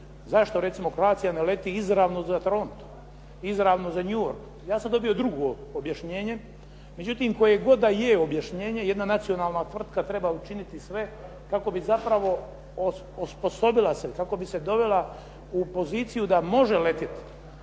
zašto recimo Croatia ne leti izravno za Toronto? Izravno za New York? Ja sam dobio drugo objašnjenje, međutim koje god da je objašnjenje, jedna nacionalna tvrtka treba učiniti sve kako bi zapravo osposobila se, kako bi se dovela u poziciju da može letjeti